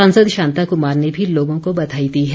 सांसद शांता कुमार ने भी लोगों को बघाई दी है